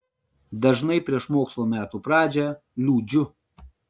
dažnai prieš mokslo metų pradžią liūdžiu